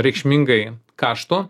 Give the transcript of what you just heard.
reikšmingai kaštų